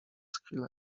chwilę